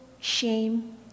shame